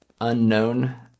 unknown